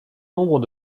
nombre